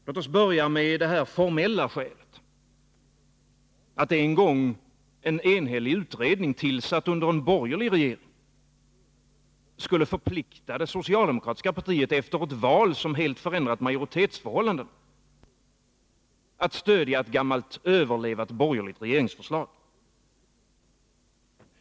Låt oss börja med det formella skälet, att en gång en enhällig utredning, tillsatt av en borgerlig regering, skulle förplikta det socialdemokratiska partiet efter ett val som helt förändrat majoritetsförhållandena att stödja ett gammalt ”överlevat” borgerligt regeringsförslag.